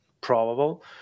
probable